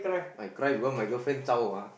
I cry because my girlfriend zhao ah